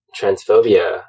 transphobia